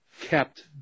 kept